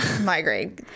migraine